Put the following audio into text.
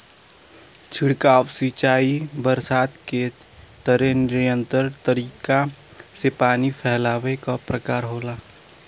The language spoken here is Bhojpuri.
छिड़काव सिंचाई बरसात के तरे नियंत्रित तरीका से पानी फैलावे क प्रकार होला